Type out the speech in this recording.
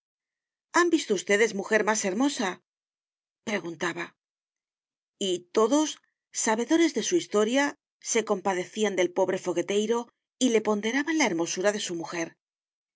han visto ustedes mujer más hermosa preguntaba y todos sabedores de su historia se compadecían del pobre fogueteiro y le ponderaban la hermosura de su mujer